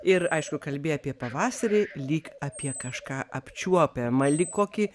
ir aišku kalbi apie pavasarį lyg apie kažką apčiuopiamą lyg kokį